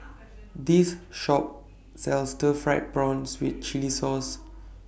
This Shop sells Stir Fried Prawn with Chili Sauce